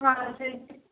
ହଁ ସେଇଠି